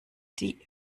die